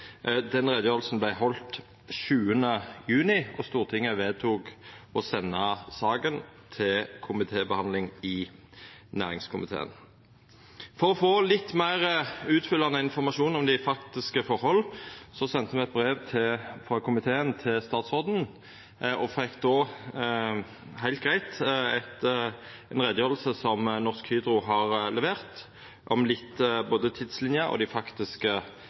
den 7. juni, og Stortinget vedtok å senda saka til komitébehandling i næringskomiteen. For å få litt meir utfyllande informasjon om dei faktiske forholda sende me eit brev frå komiteen til statsråden og fekk då heilt greitt ei utgreiing som Norsk Hydro har levert om både tidslinja og dei faktiske